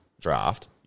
draft